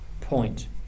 point